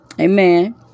Amen